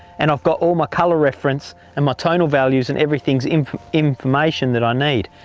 and i've got all my colour reference, and my tonal values and every things information that i need.